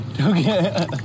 Okay